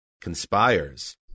conspires